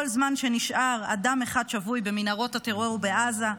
כל זמן שנשאר אדם אחד שבוי במנהרות הטרור בעזה,